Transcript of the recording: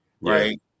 right